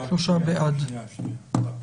הצבעה בעד, 3 נגד,